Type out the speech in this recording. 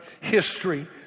history